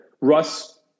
Russ